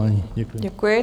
Děkuji.